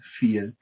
feel